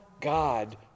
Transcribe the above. God